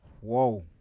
Whoa